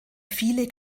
viele